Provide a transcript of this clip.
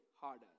harder